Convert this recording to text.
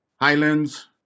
Highlands